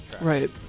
Right